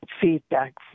feedback